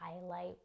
highlight